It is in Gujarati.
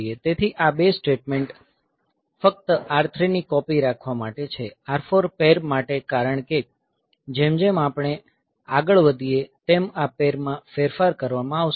તેથી આ બે સ્ટેટમેંટ આ ફક્ત R3 ની કોપી રાખવા માટે છે R4 પૈર માટે કારણ કે જેમ જેમ આપણે આગળ વધીએ તેમ આ પૈર માં ફેરફાર કરવામાં આવશે